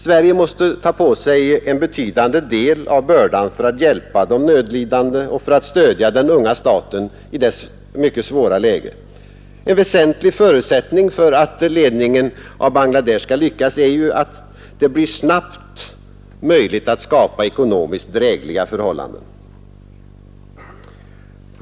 Sverige måste ta på sig en betydande del av bördan för att hjälpa de nödlidande och för att stödja den unga staten i dess mycket svåra läge. En väsentlig förutsättning för att ledningen av Bangladesh skall lyckas är att det snabbt blir möjligt att skapa ekonomiskt drägliga förhållanden.